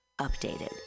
Updated